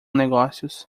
negócios